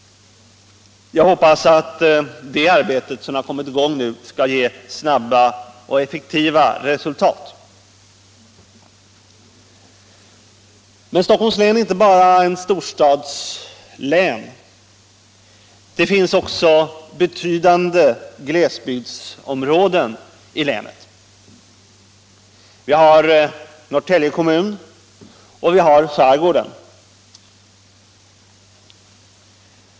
Jag hoppas att det arbete, som har kommit i gång nu, skall ge snabba och effektiva resultat. Men Stockholms län är inte bara ett storstadslän. Det finns också betydande glesbygdsområden i länet. Vi har Norrtälje kommun och vi har skärgården.